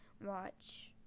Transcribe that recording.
watch